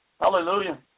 Hallelujah